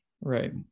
right